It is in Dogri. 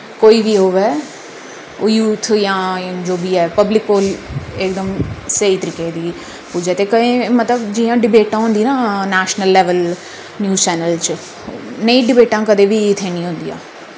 कोई बी होवै ओह् यूथ जां जो बी है पब्लिक कोल एकदम स्हेई तरीके दी पुज्जै ते केईं मतलब जि'यां डिबेटां होंदी ना नैशनल लैवल न्यूज चैनल च नेईं डिबेटां कदें बी इत्थै नि होंदियां